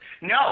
No